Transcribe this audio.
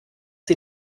sie